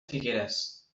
figueres